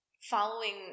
following